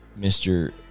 mr